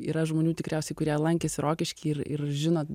yra žmonių tikriausiai kurie lankėsi rokišky ir ir žino